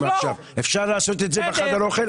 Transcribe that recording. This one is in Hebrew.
אפשר לעשות את זה בחדר האוכל.